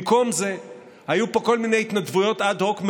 במקום זה היו פה כל מיני התנדבויות אד הוק,